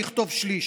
אני אכתוב שליש,